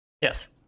Yes